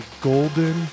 golden